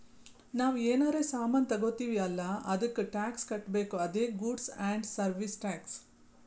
ನಾವ್ ಏನರೇ ಸಾಮಾನ್ ತಗೊತ್ತಿವ್ ಅಲ್ಲ ಅದ್ದುಕ್ ಟ್ಯಾಕ್ಸ್ ಕಟ್ಬೇಕ್ ಅದೇ ಗೂಡ್ಸ್ ಆ್ಯಂಡ್ ಸರ್ವೀಸ್ ಟ್ಯಾಕ್ಸ್